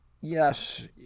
yes